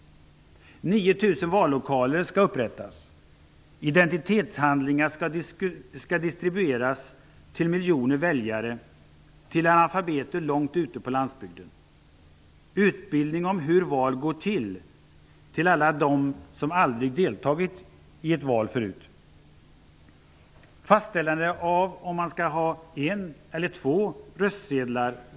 9 000 vallokaler skall upprättas. Identitetshandlingar skall distribueras till miljoner väljare, till analfabeter långt ute på landsbygden. Man skall bedriva utbildning om hur val går till för alla dem som aldrig förut deltagit i ett val. Man skall fastställa om man skall ha en eller två valsedlar.